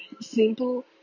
simple